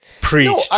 Preach